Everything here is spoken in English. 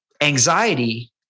anxiety